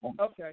Okay